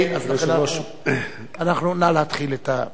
נא להתחיל, בבקשה.